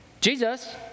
Jesus